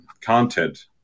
content